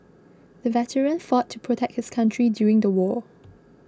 the veteran fought to protect his country during the war